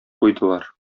куйдылар